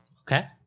Okay